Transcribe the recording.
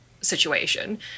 situation